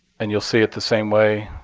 and you'll see it the same way.